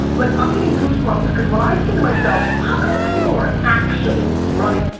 like i'm getting goosebumps cause when i say to myself, how many people are actually running